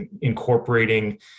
incorporating